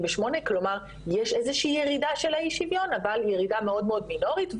כלומר יש איזושהי ירידה של האי שוויון אבל ירידה מאוד מאוד מינורית,